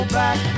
back